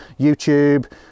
YouTube